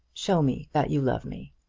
show me that you love me.